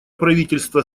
правительства